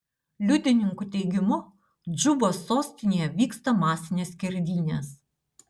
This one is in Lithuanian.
liudininkų teigimu džubos sostinėje vyksta masinės skerdynės